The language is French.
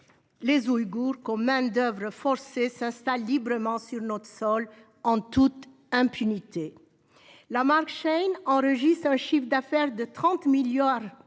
les Ouïghours comme main-d'oeuvre forcée s'installe librement sur notre sol en toute impunité ? La marque Shein enregistre un chiffre d'affaires de 30 milliards d'euros.